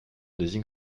désigne